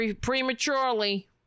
prematurely